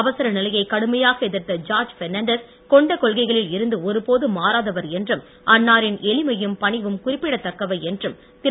அவசர நிலையை கடுமையாக எதிர்த்த ஜார்ஜ் பெர்னான்டஸ் கொண்ட கொள்கையில் இருந்து ஒருபோதும் மாறாதவர் என்றும் அன்னாரின் எளிமையும் பணிவும் குறிப்பிடத்தக்கவை என்றும் திரு